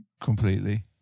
Completely